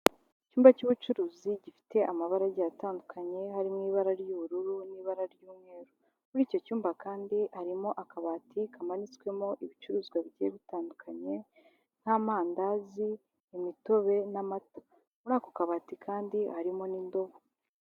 Mu cyumba cy'ubucuruzi gifite amabara agiye atandukanye, harimo ibara ry'ubururu n'ibara ry'umweru, muri icyo cyumba kandi harimo akabati kamanitswemo ibicuruzwa bigiye bitandukanye nk'amandazi, imitobe n'amata, muri ako kabati kandi harimo n'indobo.